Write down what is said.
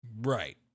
Right